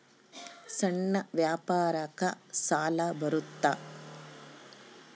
ಸಣ್ಣ ವ್ಯಾಪಾರಕ್ಕ ಸಾಲ ಬರುತ್ತಾ?